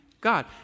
God